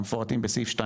המפורטים בסעיף 2,